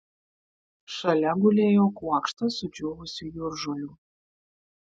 šalia gulėjo kuokštas sudžiūvusių jūržolių